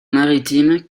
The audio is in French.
maritime